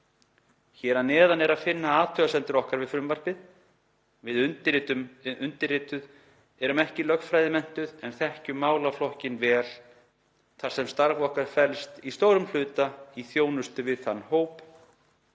Hér að neðan er að finna athugasemdir okkar við frumvarpið. Við undirrituð erum ekki lögfræðimenntuð en þekkjum málaflokkinn vel þar sem starf okkar felst í stórum hluta í þjónustu við þann hóp